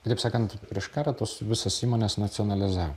taip sakant prieš karą tas visas įmones nacionalizavo